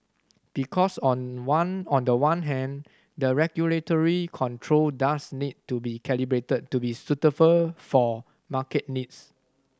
because on one on the one hand the regulatory control does need to be calibrated to be suitable for market needs